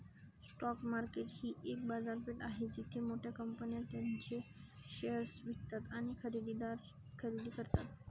stock market ही एक बाजारपेठ आहे जिथे मोठ्या कंपन्या त्यांचे शेअर्स विकतात आणि खरेदीदार खरेदी करतात